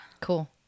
Cool